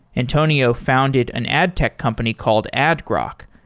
antonio founded an ad tech company called adgrok.